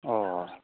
अ'